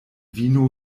vino